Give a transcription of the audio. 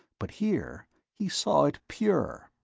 but here he saw it pure,